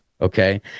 okay